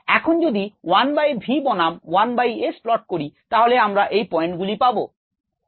এখন যদি 1 by v বনাম 1 বাই s প্লট করি তাহলে আমরা এই পয়েন্টগুলি পাবো